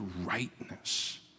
rightness